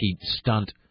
stunt